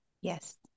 Yes